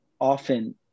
often